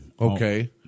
Okay